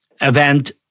event